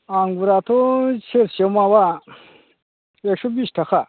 आंगुराथ' सेरसेयाव माबा एकस' बिस थाखा